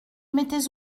m’étais